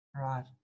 Right